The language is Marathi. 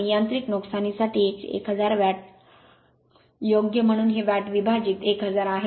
आणि यांत्रिक नुकसानीसाठी 1000 वॅट योग्य म्हणून हे वॅट विभाजित 1000 आहे